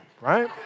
right